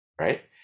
right